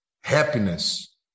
happiness